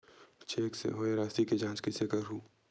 Cheque से होए राशि के जांच कइसे करहु?